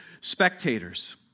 spectators